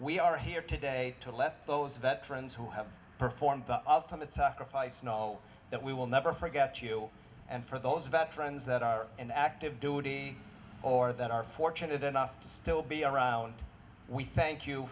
we are here today to let those veterans who have performed the ultimate sacrifice know that we will never forget you and for those veterans that are in active duty or that are fortunate enough to still be around we thank you